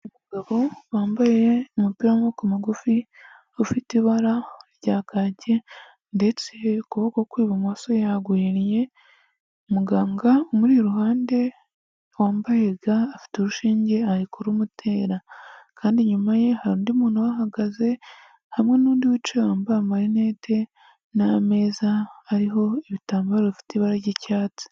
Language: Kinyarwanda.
Umugabo wambaye umupira w'amaboko magufi ufite ibara rya kaki ndetse ukuboko kw'ibumoso yagunye, muganga umuri iruhande wambaye ga afite urushinge ari kurumutera kandi inyuma ye hari undi muntu uhagaze hamwe n'undi wicaye wambaye amarinete n'ameza ariho ibitambaro bfite ibara ry'icyatsi.